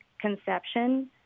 conception